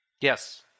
yes